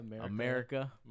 America